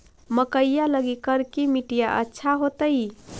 मकईया लगी करिकी मिट्टियां अच्छा होतई